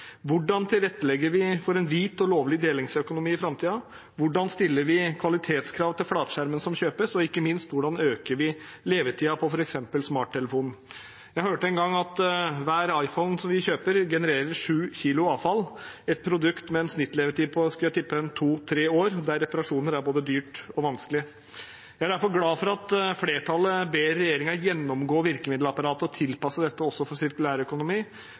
Hvordan tilrettelegger vi for en hvit og lovlig delingsøkonomi i framtiden? Hvordan stiller vi kvalitetskrav til flatskjermen som kjøpes? Og, ikke minst, hvordan øker vi levetiden til f.eks. smarttelefonen? Jeg hørte en gang at hver iPhone vi kjøper, genererer 7 kilo avfall, et produkt med en snittlevetid på – skulle jeg tippe – to–tre år, og der reparasjoner er både dyrt og vanskelig. Jeg er derfor glad for at flertallet ber regjeringen «gjennomgå virkemiddelapparatet og tilpasse dette også for